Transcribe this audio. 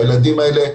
הילדים האלה,